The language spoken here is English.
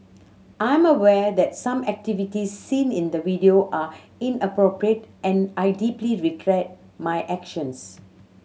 I'm aware that some activities seen in the video are inappropriate and I deeply regret my actions